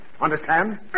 Understand